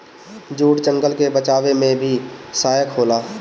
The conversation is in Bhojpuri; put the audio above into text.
जूट जंगल के बचावे में भी सहायक होला